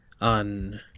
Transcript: on